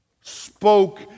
spoke